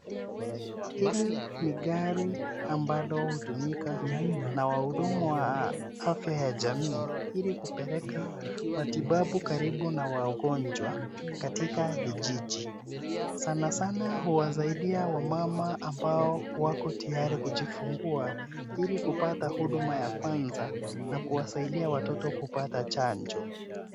Hili ni gari ambalo hutumika na wahudumu wa afya ya jamii ili kupeleka matibabu karibu na wagonjwa katika vijiji Sana sana huwasaidia wamama ambao wako tayari kujifungua ili kupata huduma ya Kwanza na kuwasaidia watoto kupata chonjo.